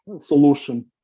solution